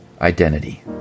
identity